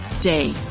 day